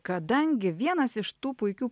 kadangi vienas iš tų puikių